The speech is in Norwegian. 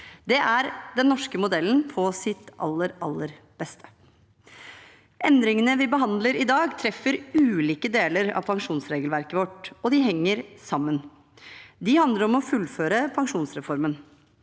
Det er den norske modellen på sitt aller, aller beste. Endringene vi behandler i dag, treffer ulike deler av pensjonsregelverket vårt, og de henger sammen. De handler om å fullføre pensjonsreformen.